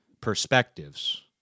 perspectives